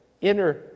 inner